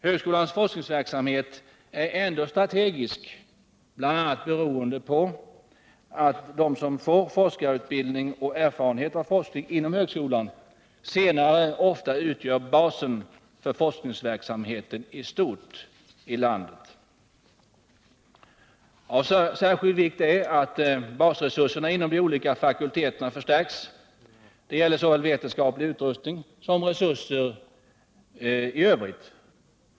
Högskolans forskningsverksamhet är ändå strategisk, bl.a. beroende på att de som får forskarutbildning och erfarenhet av forskning inom högskolan senare ofta utgör basen för forskningsverksamheten i stort i landet. Av särskild vikt är att basresurserna inom de olika fakulteterna förstärks. Det gäller såväl vetenskaplig utrustning som resurserna i Övrigt.